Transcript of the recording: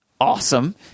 Awesome